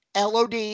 LOD